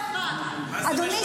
מה זה משנה --- אני יודעת.